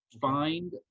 find